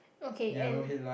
okay and